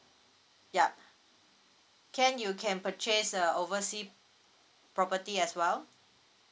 yup can you can purchase a oversea property as well